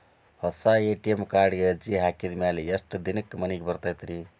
ಹೊಸಾ ಎ.ಟಿ.ಎಂ ಕಾರ್ಡಿಗೆ ಅರ್ಜಿ ಹಾಕಿದ್ ಮ್ಯಾಲೆ ಎಷ್ಟ ದಿನಕ್ಕ್ ಮನಿಗೆ ಬರತೈತ್ರಿ?